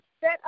set